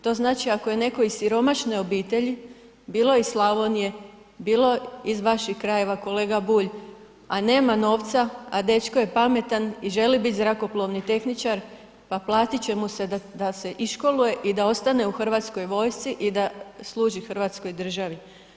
To znači ako je netko iz siromašne obitelji bilo iz Slavonije, bilo iz vaših krajeva kolega Bulj, a nema novca, a dečko je pametan i želi bit zrakoplovni tehničar pa platit će mu se da se iškoluje i da ostane u hrvatskoj vojsci i da služi Hrvatskoj državi.